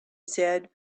said